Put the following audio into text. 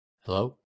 hello